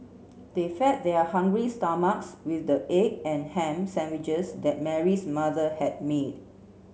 they fed their hungry stomachs with the egg and ham sandwiches that Mary's mother had made